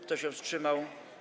Kto się wstrzymał?